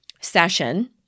session